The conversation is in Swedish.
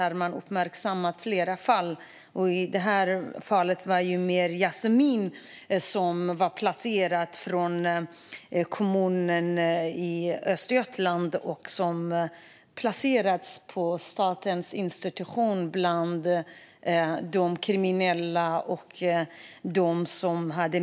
SVT har rapporterat om Yasmine som placerats av en kommun i Östergötland på ett hem som drivs av Statens institutionsstyrelse bland kriminella och missbrukare.